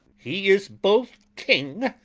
he is both king,